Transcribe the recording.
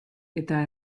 eta